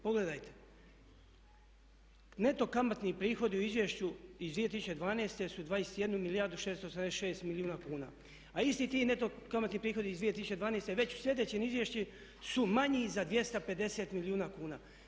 Pogledajte, neto kamatni prihodi u Izvješću iz 2012. su 21 milijardu i 686 milijuna kuna, a isti ti neto kamatni prihodi iz 2012. već u sljedećem izvješću su manji za 250 milijuna kuna.